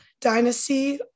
Dynasty